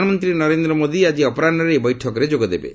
ପ୍ରଧାନମନ୍ତ୍ରୀ ନରେନ୍ଦ୍ର ମୋଦି ଆଜି ଅପରାହୁରେ ଏହି ବୈଠକରେ ଯୋଗଦେବେ